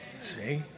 See